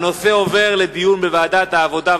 ההצעה להעביר את הנושא לוועדת העבודה,